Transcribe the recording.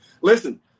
listen